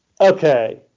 Okay